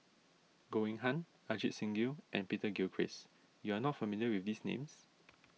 Goh Eng Han Ajit Singh Gill and Peter Gilchrist you are not familiar with these names